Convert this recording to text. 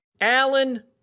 Allen